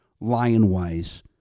Lion-wise